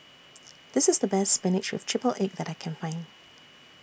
This IS The Best Spinach with Triple Egg that I Can Find